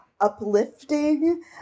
uplifting